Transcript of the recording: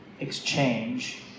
exchange